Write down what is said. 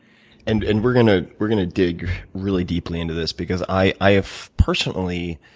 and and we're gonna we're gonna dig really deeply into this, because i i have personally